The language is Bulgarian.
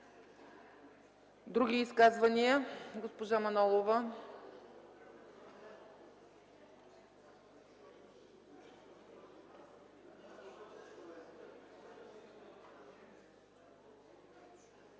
Други изказвания? Госпожа Манолова.